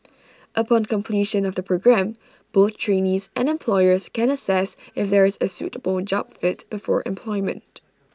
upon completion of the programme both trainees and employers can assess if there is A suitable job fit before employment